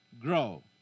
grow